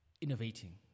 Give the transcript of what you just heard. innovating